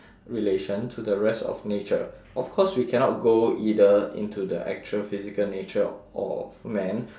relation to the rest of nature of course we cannot go either into the actual physical nature of man